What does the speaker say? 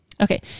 okay